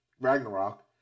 Ragnarok